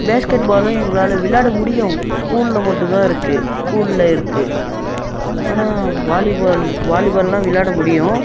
basket பாலும் எங்களால் விளாட முடியும் ஸ்கூலில் மட்டும் தான் இருக்கு ஸ்கூலில் இருக்கு ஆனால் வாலிபால் வாலிபால்லாம் விளாட முடியும்